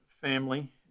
family